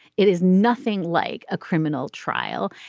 it is nothing like a criminal trial.